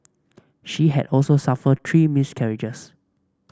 she had also suffered three miscarriages